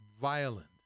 violent